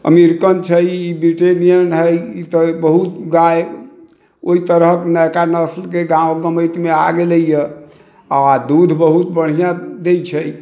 American छै ई ब्रिटेनियन है ई तऽ बहुत गाय ओहि तरहके नयका नस्लके गाँव गमैतमे आ गेलै है आ दूध बहुत बढ़िऑं दै छै